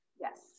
Yes